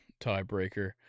tiebreaker